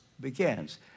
begins